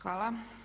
Hvala.